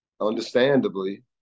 understandably